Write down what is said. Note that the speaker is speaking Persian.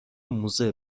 موزه